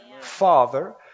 Father